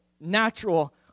natural